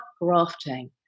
grafting